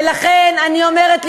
ולכן אני אומרת,